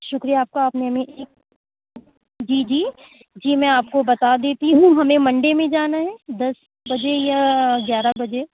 شُکریہ آپ کا آپ نے ہمیں جی جی جی میں آپ کو بتا دیتی ہوں ہمیں منڈے میں جانا ہے دس بجے یا گیارہ بجے